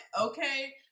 Okay